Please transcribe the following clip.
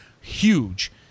huge